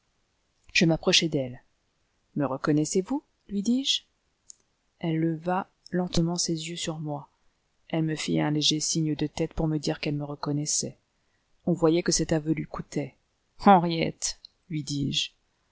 je m'approchai d'elle me reconnaissez-vous lui dis-je elle leva lentement les yeux sur moi elle me fit un léger signe de tête pour me dire qu'elle me reconnaissait on voyait que cet aveu lui coûtait henriette lui dis-je